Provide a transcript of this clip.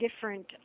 different